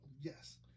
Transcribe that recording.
Yes